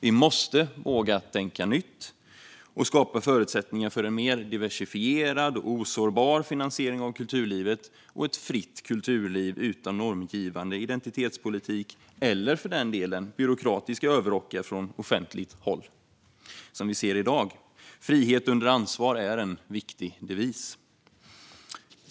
Vi måste våga tänka nytt och skapa förutsättningar för en mer diversifierad och osårbar finansiering av kulturlivet och ett fritt kulturliv utan normgivande identitetspolitik eller, för den delen, byråkratiska överrockar från offentligt håll, som vi ser i dag. Frihet under ansvar är en viktig devis.